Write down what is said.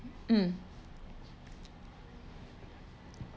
um